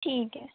ठीक ऐ